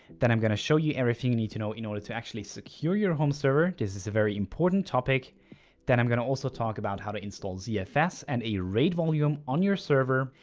then i'm gonna show you everything you need to know in order to actually secure your home server this is a very important topic then i'm gonna also talk about how to install zfs and a raid volume on your server,